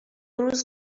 روز